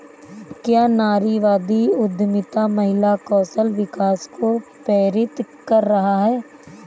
क्या नारीवादी उद्यमिता महिला कौशल विकास को प्रेरित कर रहा है?